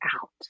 out